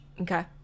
Okay